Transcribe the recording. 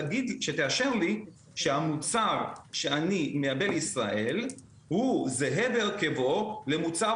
שתאשר לי שהמוצר שאני מייבא לישראל הוא זהה בהרכבו למוצר